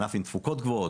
ענף עם תפוקות גבוהות,